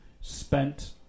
spent